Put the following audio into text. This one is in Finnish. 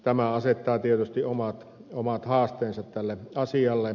tämä asettaa tietysti omat haasteensa tälle asialle